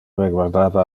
reguardava